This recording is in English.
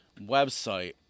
website